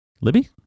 Libby